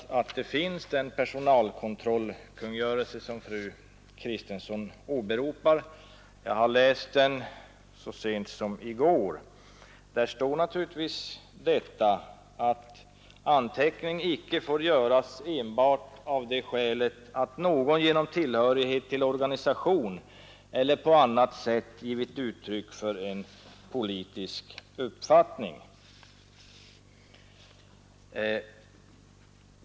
Jag har läst den personalkontrollkungörelse som fru Kristensson åberopar — jag gjorde det så sent som i går. Där står naturligtvis att anteckning icke får göras enbart av det skälet att någon genom tillhörighet till organisation eller på annat sätt givit uttryck för en politisk uppfattning.